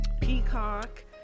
Peacock